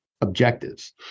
objectives